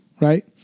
right